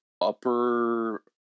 upper